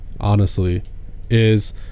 honestly—is